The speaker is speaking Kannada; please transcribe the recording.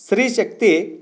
ಸ್ತ್ರೀ ಶಕ್ತಿ